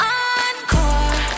encore